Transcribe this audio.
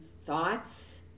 thoughts